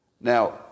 Now